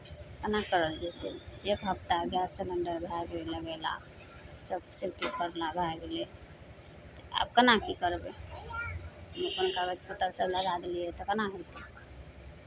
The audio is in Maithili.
केना करल जेतै एक हफ्ता गैस सिलेण्डर भए गेल लगेला सभ सेटिंग करला भए गेलै आब केना की करबै अपन कागज पत्तर सभ लगा देलियै तऽ केना हेतै